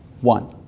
One